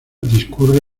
discurre